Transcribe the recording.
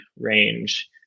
range